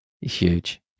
Huge